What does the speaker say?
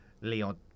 Leon